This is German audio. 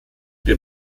den